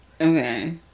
Okay